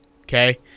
Okay